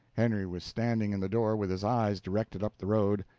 henry was standing in the door with his eyes directed up the road,